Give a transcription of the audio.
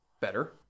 better